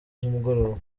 z’umugoroba